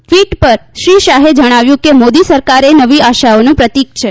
tweet પર શ્રી શાહે જણાવ્યું કે મોદી સરકાર એ નવી આશાઓનું પ્રતિક છે